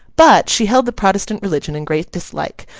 but, she held the protestant religion in great dislike,